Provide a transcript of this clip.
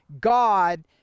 god